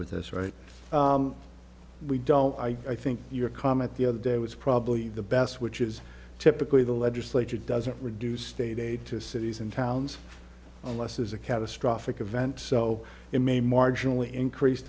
with this right we don't i think your comment the other day was probably the best which is typically the legislature doesn't reduce state aid to cities and towns unless there's a catastrophic event so it may marginally increase